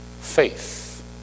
faith